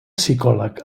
psicòleg